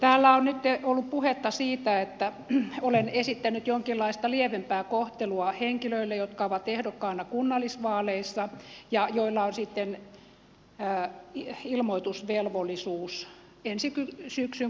täällä on nyt ollut puhetta siitä että olen esittänyt jonkinlaista lievempää kohtelua henkilöille jotka ovat ehdokkaina kunnallisvaaleissa ja joilla on sitten ilmoitusvelvollisuus ensi syksyn kunnallisvaaleissa